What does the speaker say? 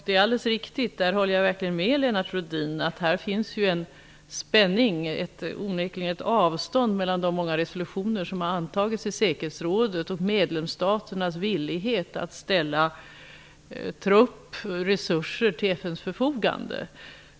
Det är alldeles riktigt -- där håller jag verkligen med Lennart Rohdin -- att det onekligen finns en spänning och ett avstånd mellan de många resolutioner som har antagits i säkerhetsrådet och medlemsstaternas villighet att ställa trupp och resurser till FN:s förfogande.